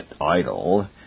idle